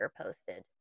posted